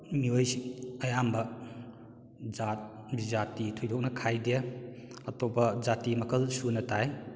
ꯃꯤꯑꯣꯏꯁꯤꯡ ꯑꯌꯥꯝꯕ ꯖꯥꯠ ꯃꯤꯖꯥꯠꯇꯤ ꯊꯣꯏꯗꯣꯛꯅ ꯈꯥꯏꯗꯦ ꯑꯇꯣꯞꯄ ꯖꯥꯇꯤ ꯃꯈꯜ ꯁꯨꯅ ꯇꯥꯏ